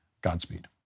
Godspeed